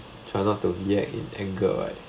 try not to react in anger right